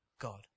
God